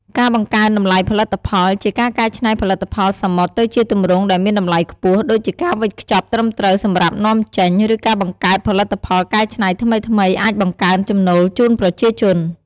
ការបង្កើនតម្លៃផលិតផល ជាការកែច្នៃផលិតផលសមុទ្រទៅជាទម្រង់ដែលមានតម្លៃខ្ពស់ ដូចជាការវេចខ្ចប់ត្រឹមត្រូវសម្រាប់នាំចេញ ឬការបង្កើតផលិតផលកែច្នៃថ្មីៗ អាចបង្កើនចំណូលជូនប្រជាជន។